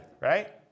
right